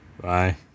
Bye